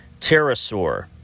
pterosaur